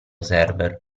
server